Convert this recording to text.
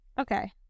Okay